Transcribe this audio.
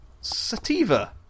Sativa